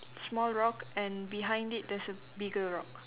small rock and behind it there's a bigger rock